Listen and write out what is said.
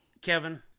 Kevin